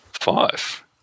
five